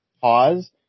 pause